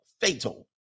Fatal